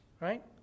right